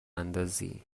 اندازی